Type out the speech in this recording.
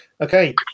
Okay